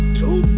two